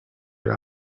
your